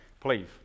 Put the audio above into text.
Please